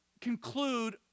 conclude